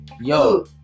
yo